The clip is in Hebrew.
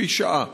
לפי שעה.